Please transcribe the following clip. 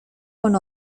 con